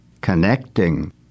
connecting